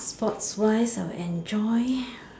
sports wise I would enjoy